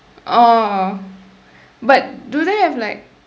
oh but do they have like